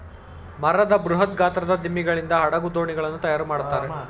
ಮರದ ಬೃಹತ್ ಗಾತ್ರದ ದಿಮ್ಮಿಗಳಿಂದ ಹಡಗು, ದೋಣಿಗಳನ್ನು ತಯಾರು ಮಾಡುತ್ತಾರೆ